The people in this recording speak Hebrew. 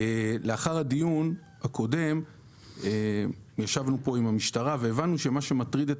לאחר הדיון הקודם ישבנו כאן עם המשטרה והבנו שמה שמטריד את